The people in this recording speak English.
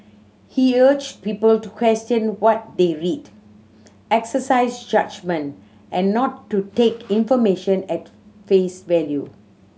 he urged people to question what they read exercise judgement and not to take information at face value